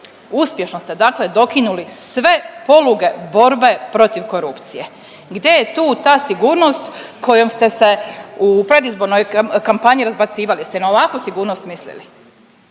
Uspješno ste, dakle, dokinuli sve poluge borbe protiv korupcije. Gdje je tu ta sigurnost kojom ste se u predizbornoj kampanji razbacivali? Jeste na ovakvu sigurnost mislili?